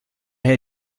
herr